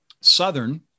Southern